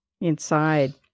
inside